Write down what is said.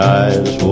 eyes